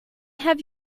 have